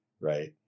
Right